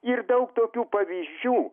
ir daug tokių pavyzdžių